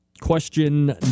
Question